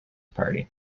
party